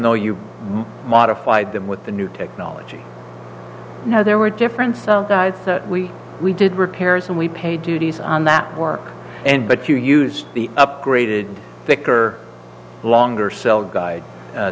though you modified them with the new technology you know there were different cell dies we we did repairs and we paid duties on that work and but you used the upgraded thicker longer cell guide